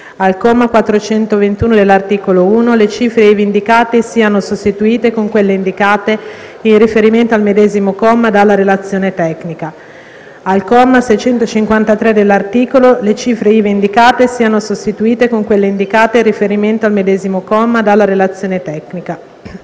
al comma 421 dell'articolo 1, le cifre ivi indicate siano sostituite con quelle indicate, in riferimento al medesimo comma, dalla Relazione tecnica; - al comma 653 dell'articolo, le cifre ivi indicate siano sostituite con quelle indicate, in riferimento al medesimo comma, dalla Relazione tecnica;